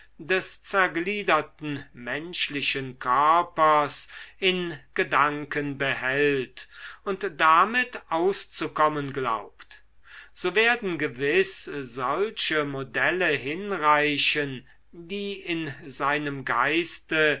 des zergliederten menschlichen körpers in gedanken behält und damit auszukommen glaubt so werden gewiß solche modelle hinreichen die in seinem geiste